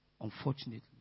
unfortunately